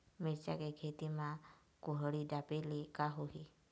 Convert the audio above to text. मिरचा के खेती म कुहड़ी ढापे ले का होही?